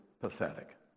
pathetic